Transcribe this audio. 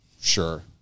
sure